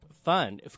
Fun